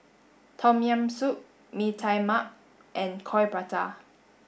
Tom Yam soup Mee Tai Mak and Coin Prata